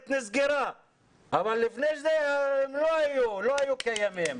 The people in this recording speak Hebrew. נסגרה אבל לפני זה הם לא היו קיימים.